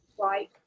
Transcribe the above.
Right